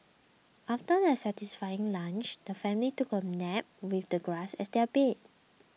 after their satisfying lunch the family took a nap with the grass as their bed